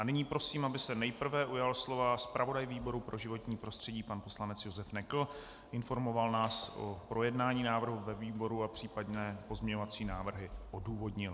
Nyní prosím, aby se nejprve ujal slova zpravodaj výboru pro životní prostředí pan poslanec Josef Nekl a informoval nás o projednání návrhu ve výboru a případné pozměňovací návrhy odůvodnil.